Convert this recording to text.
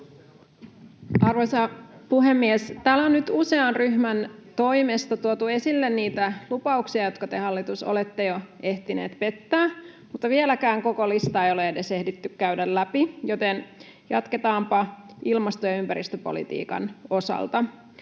Arvoisa puhemies! Täällä on nyt usean ryhmän toimesta tuotu esille niitä lupauksia, jotka te, hallitus, olette jo ehtineet pettää, mutta vieläkään koko listaa ei ole edes ehditty käydä läpi, joten jatketaanpa ilmasto- ja ympäristöpolitiikan osalta.